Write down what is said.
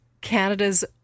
Canada's